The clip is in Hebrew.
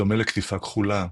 בדומה לקטיפה כחולה,